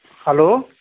hello